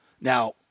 Now